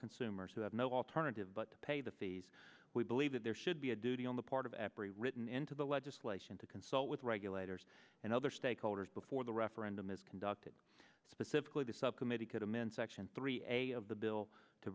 consumers who have no alternative but to pay the fees we believe that there should be a duty on the part of every written into the legislation to consult with regulators and other stakeholders before the referendum is conducted specifically the subcommittee could amend section three a of the bill to